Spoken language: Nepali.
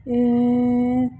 ए